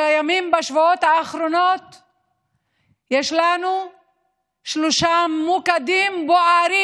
בימים ובשבועות האחרונים יש לנו שלושה מוקדים בוערים.